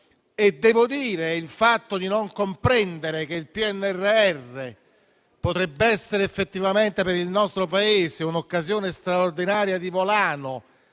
Come si può non comprendere che il PNRR potrebbe essere effettivamente per il nostro Paese un'occasione straordinaria di volano